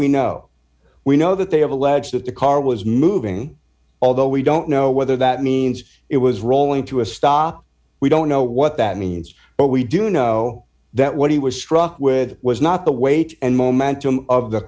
we know we know that they have alleged that the car was moving although we don't know whether that means it was rolling to a stop we don't know what that means but we do know that what he was struck with was not the weight and momentum of the